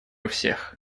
всех